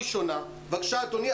בבקשה אדוני.